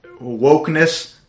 wokeness